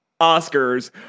Oscars